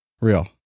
real